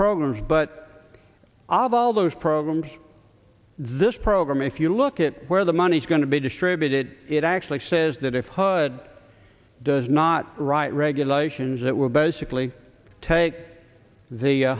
programs but abalos programs this program if you look at where the money's going to be distributed it actually says that if hud does not write regulations that will basically take the